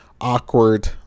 awkward